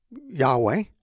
Yahweh